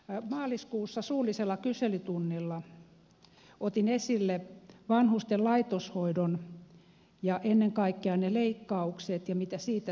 maaliskuussa suullisella kyselytunnilla otin esille vanhusten laitoshoidon ja ennen kaikkea ne leikkaukset ja sen mitä siitä seuraa